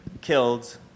killed